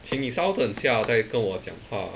请你稍等一下再跟我讲话